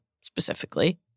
specifically